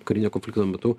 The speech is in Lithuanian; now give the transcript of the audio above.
karinio konflikto metu